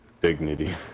Dignity